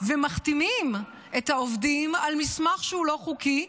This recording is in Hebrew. ומחתימים את העובדים על מסמך שהוא לא חוקי,